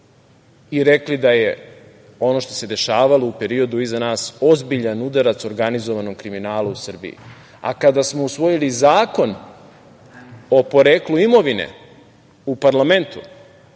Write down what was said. i rekli da je ono što se dešavalo u periodu iza nas ozbiljan udarac organizovanom kriminalu u Srbiji. Kada smo usvojili Zakon o poreklu imovine u parlamentu,